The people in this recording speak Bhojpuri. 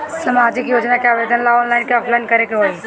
सामाजिक योजना के आवेदन ला ऑनलाइन कि ऑफलाइन करे के होई?